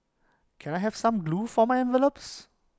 can I have some glue for my envelopes